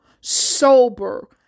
sober